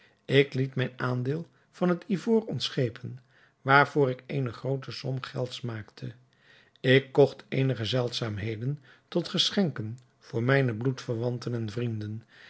ik liet mijn aandeel van het ivoor ontschepen waarvoor ik eene groote som gelds maakte ik kocht eenige zeldzaamheden tot geschenken voor mijne bloedverwanten en vrienden